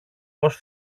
πως